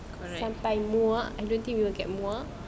sampai muak I don't think you will get muak